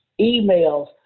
emails